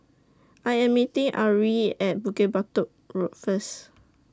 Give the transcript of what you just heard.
I Am meeting Ari At Bukit Batok Road First